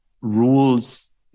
rules